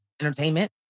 entertainment